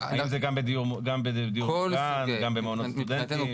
האם זה גם בדיור מוגן, גם במעונות סטודנטים?